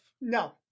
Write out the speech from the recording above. No